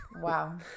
Wow